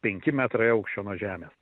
penki metrai aukščio nuo žemės